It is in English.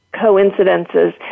coincidences